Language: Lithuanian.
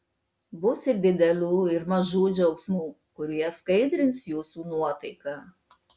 bus ir didelių ir mažų džiaugsmų kurie skaidrins jūsų nuotaiką